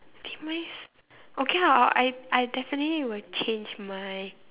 demise okay ah I I definitely will change my